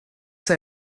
say